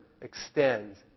extends